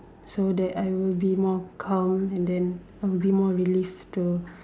so that I will be more calm and then I will be more relieved to